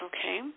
Okay